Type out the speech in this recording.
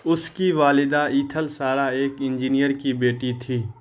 اس کی والدہ Ethel Sara ایک انجینئر کی بیٹی تھیں